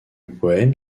poème